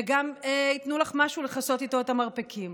וגם ייתנו לך משהו לכסות איתו את המרפקים.